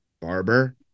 Barber